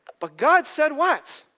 but god said what?